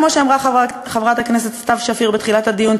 כמו שאמרה חברת הכנסת סתיו שפיר בתחילת הדיון,